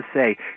say